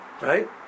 Right